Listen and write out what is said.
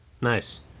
Nice